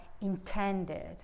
intended